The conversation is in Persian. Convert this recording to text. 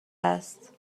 است